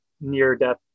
near-death